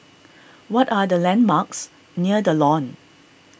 what are the landmarks near the Lawn